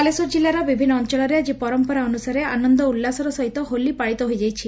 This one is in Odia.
ବାଲେଶ୍ୱର ଜିଲ୍ଲାର ବିଭିନ୍ନ ଅଞ୍ଅଳରେ ଆଜି ପରମ୍ମରା ଅନୁସାରେ ଆନନ୍ଦ ଉଲ୍ଲାସର ସହିତ ହୋଲି ପାଳିତ ହୋଇଯାଇଛି